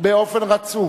באופן רצוף.